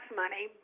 money